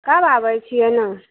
कब आबै छियै एन्ने